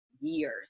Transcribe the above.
years